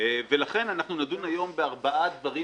ולכן אנחנו נדון היום בארבעה דברים